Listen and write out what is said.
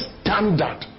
standard